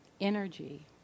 Energy